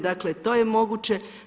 Dakle, to je moguće.